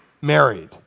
married